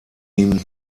ihm